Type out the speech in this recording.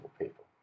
people